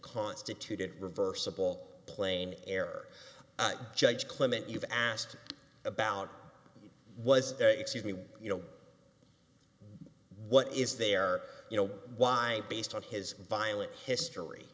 constituted reversible plain error judge clement you've asked about was excuse me you know what is there you know why based on his violent history